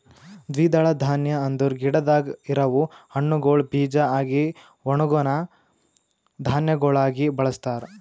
ದ್ವಿದಳ ಧಾನ್ಯ ಅಂದುರ್ ಗಿಡದಾಗ್ ಇರವು ಹಣ್ಣುಗೊಳ್ ಬೀಜ ಆಗಿ ಒಣುಗನಾ ಧಾನ್ಯಗೊಳಾಗಿ ಬಳಸ್ತಾರ್